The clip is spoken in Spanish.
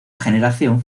generación